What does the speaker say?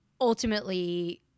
ultimately